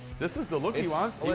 this is the look he wants.